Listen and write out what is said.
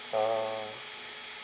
orh